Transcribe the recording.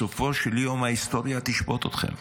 בסופו של יום ההיסטוריה תשפוט אתכם.